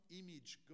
image